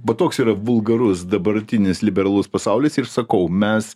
va toks yra vulgarus dabartinis liberalus pasaulis ir sakau mes